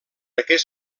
aquest